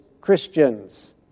Christians